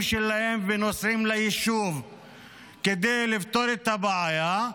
שלהם ונוסעים ליישוב כדי לפתור את הבעיה.